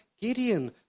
Gideon